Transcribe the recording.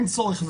אין צורך.